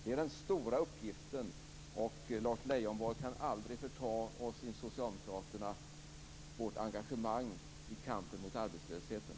Det är den stora uppgiften. Lars Leijonborg kan aldrig ta ifrån oss socialdemokrater vårt engagemang i kampen mot arbetslösheten.